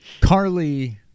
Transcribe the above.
Carly